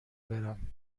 برم